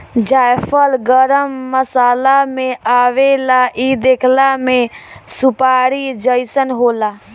जायफल गरम मसाला में आवेला इ देखला में सुपारी जइसन होला